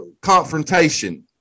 confrontation